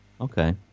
Okay